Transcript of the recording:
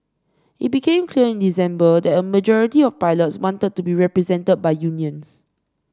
it became clear in December that a majority of pilots wanted to be represented by unions